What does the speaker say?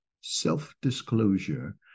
self-disclosure